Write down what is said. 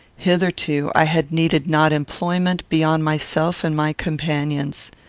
hitherto i had needed not employment beyond myself and my companions.